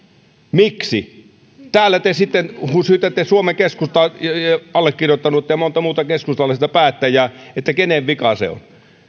miksi täällä te sitten syytätte suomen keskustaa ja allekirjoittanutta ja montaa muuta keskustalaista päättäjää kenen vika se on